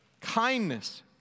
kindness